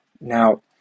Now